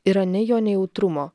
yra ne jo nejautrumo